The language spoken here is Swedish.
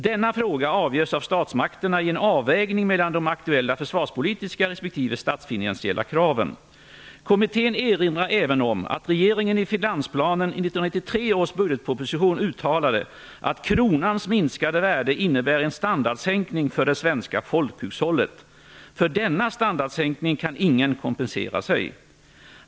Denna fråga avgörs av statsmakterna i en avvägning mellan de aktuella försvarspolitiska respektive statsfinansiella kraven. Kommittén erinrar även om att regeringen i finansplanen i 1993 års budgetproposition uttalade att kronans minskade värde innebär en standardsänkning för det svenska folkhushållet. För denna standardsänkning kan ingen kompensera sig.